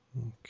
Okay